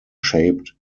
shaped